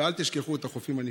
ואל תשכחו את החופים הנפרדים.